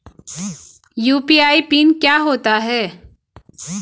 UPI pin क्या होता है?